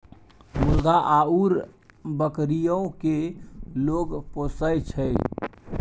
मुर्गा आउर बकरीयो केँ लोग पोसय छै